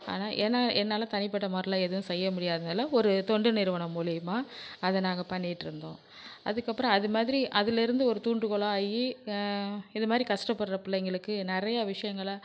ஆனால் ஏன்னா என்னால் தனிப்பட்ட முறல எதுவும் செய்யமுடியாதுனால ஒரு தொண்டு நிறுவனம் மூலியமாக அதை நாங்கள் பண்ணிட்டுருந்தோம் அதற்கப்பறோம் அதுமாதிரி அதுலருந்து ஒரு தூண்டுகோளா ஆயி இதுமாதிரி கஸ்டபடுற பிள்ளைங்களுக்கு நிறையா விஷயங்கள